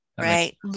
Right